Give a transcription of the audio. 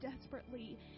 desperately